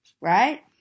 right